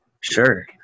Sure